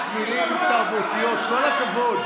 תתבייש לך.